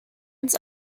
ins